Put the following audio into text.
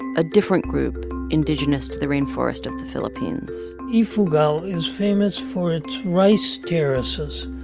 a different group indigenous to the rain forest of the philippines ifugal is famous for it rice terraces,